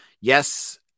Yes